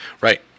Right